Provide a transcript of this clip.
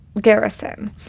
Garrison